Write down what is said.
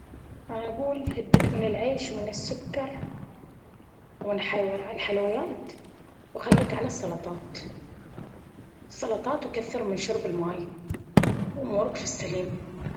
أكيد! إذا صديقي يبغى ياكل أكل صحي، أقول ليه ممكن تجرّب السلطات مثل سلطة الكينوا مع الأفوكادو والطماطم، أو سلطة الفواكه المشكلة. بعد، ممكن تطبخ سمك مشوي مع خضار مشوية، أو دجاج مشوي مع بروكلي وعيش بني. هذي الوصفات لذيذة وصحية في نفس الوقت!